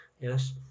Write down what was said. yes